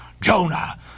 Jonah